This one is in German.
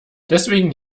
deswegen